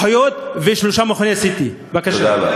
אחיות ושלושה מכוני CT. תודה רבה.